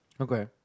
Okay